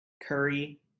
Curry